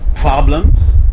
problems